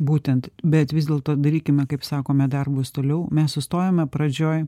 būtent bet vis dėlto darykime kaip sakome darbus toliau mes sustojame pradžioj